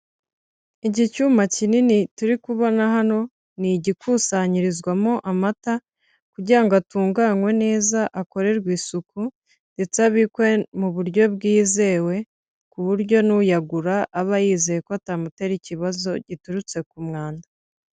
Iki cyuma kinini turi kubona hano ni igikusanyirizwamo amata kugira ngo atunganwe neza akorerwe isuku ndetse abikwe mu buryo bwizewe ku buryo n'uyagura aba yizeye ko atamutera ikibazo giturutse ku mwanda.